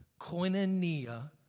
koinonia